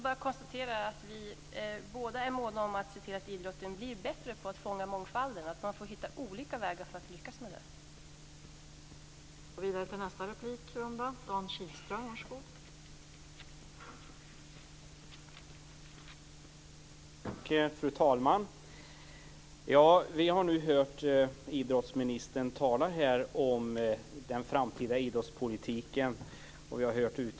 Jag konstaterar att vi båda är måna om att idrotten blir bättre på att fånga mångfalden och att vi får hitta olika vägar för att lyckas med det.